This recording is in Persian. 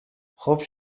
خوب